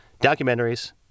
documentaries